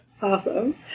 Awesome